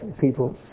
people